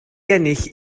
ennill